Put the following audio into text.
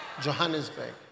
Johannesburg